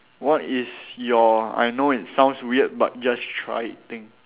what is your I know it sounds weird but just try it thing